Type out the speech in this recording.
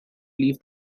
leave